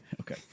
Okay